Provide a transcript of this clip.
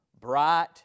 bright